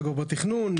שכבר בתכנון,